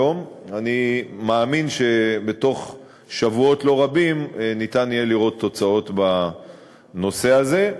ואני מאמין שבתוך שבועות לא רבים ניתן יהיה לראות תוצאות בנושא הזה.